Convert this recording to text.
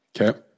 Okay